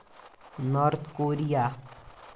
North Korea